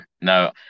no